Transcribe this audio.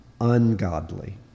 ungodly